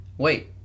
Wait